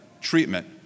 treatment